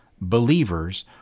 believers